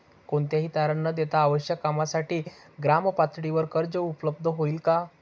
कोणतेही तारण न देता आवश्यक कामासाठी ग्रामपातळीवर कर्ज उपलब्ध होईल का?